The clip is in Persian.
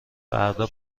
فردا